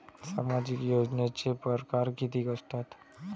सामाजिक योजनेचे परकार कितीक असतात?